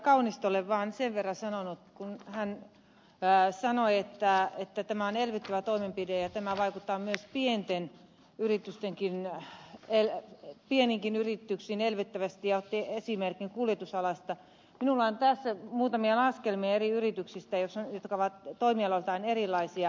kaunistolle vaan sen verran sanonut kun hän sanoi että tämä on elvyttävä toimenpide ja vaikuttaa myös pieniin yrityksiin elvyttävästi ja otti esimerkin kuljetusalasta että minulla on tässä muutamia laskelmia eri yrityksistä jotka ovat toimialoiltaan erilaisia